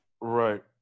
right